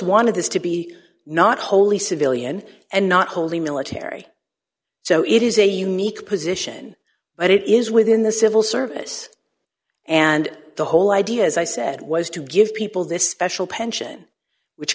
wanted this to be not wholly civilian and not wholly military so it is a unique position but it is within the civil service and the whole idea as i said was to give people this special pension which